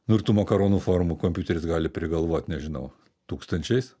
nu ir tų makaronų formų kompiuteris gali prigalvot nežinau tūkstančiais